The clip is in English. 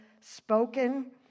spoken